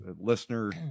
listener